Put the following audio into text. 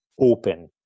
open